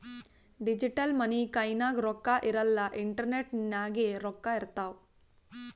digital money ಕೈನಾಗ್ ರೊಕ್ಕಾ ಇರಲ್ಲ ಇಂಟರ್ನೆಟ್ ನಾಗೆ ರೊಕ್ಕಾ ಇರ್ತಾವ್